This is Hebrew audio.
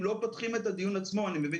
אם לא פותחים את הדיון עצמו אני מבין